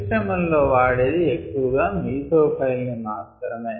పరిశ్రమల్లో వాడేది ఎక్కువగా మీసో ఫైల్ ని మాత్రమే